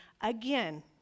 again